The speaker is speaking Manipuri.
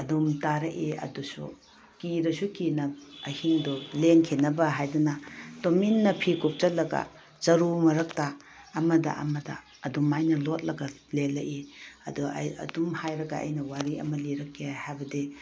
ꯑꯗꯨꯝ ꯇꯥꯔꯛꯏ ꯑꯗꯨꯁꯨ ꯀꯤꯔꯁꯨ ꯀꯤꯅ ꯑꯍꯤꯡꯗꯣ ꯂꯦꯟꯈꯤꯅꯕ ꯍꯥꯏꯗꯅ ꯇꯨꯃꯤꯟꯅ ꯐꯤ ꯀꯨꯞꯁꯜꯂꯒ ꯆꯔꯨ ꯃꯔꯛꯇ ꯑꯃꯗ ꯑꯃꯗ ꯑꯗꯨꯃꯥꯏꯅ ꯂꯣꯠꯂꯒ ꯂꯦꯜꯂꯛꯏ ꯑꯗꯣ ꯑꯩ ꯑꯗꯨꯝ ꯍꯥꯏꯔꯒ ꯑꯩꯅ ꯋꯥꯔꯤ ꯑꯃ ꯂꯤꯔꯛꯀꯦ ꯍꯥꯏꯕꯗꯤ